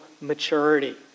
maturity